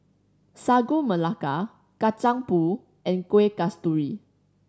Sagu Melaka Kacang Pool and Kueh Kasturi